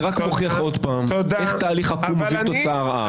זה רק מוכיח עוד פעם איך תהליך עקום מביא תוצאה רעה.